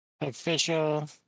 official